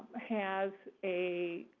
has a